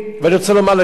ואני רוצה לומר לך,